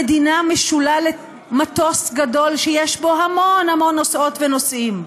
המדינה משולה למטוס גדול שיש בו המון המון נוסעות ונוסעים,